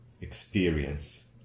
experience